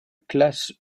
classe